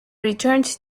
returned